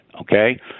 okay